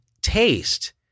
taste